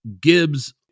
Gibbs